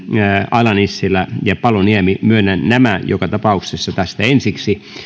ala nissilä ja paloniemi myönnän nämä joka tapauksessa tästä ensiksi ja